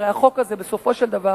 הרי החוק הזה, בסופו של דבר,